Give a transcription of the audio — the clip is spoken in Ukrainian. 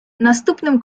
наступним